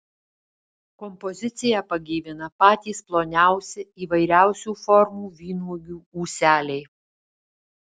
kompoziciją pagyvina patys ploniausi įvairiausių formų vynuogių ūseliai